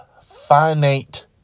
finite